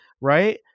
right